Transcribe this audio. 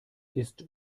ist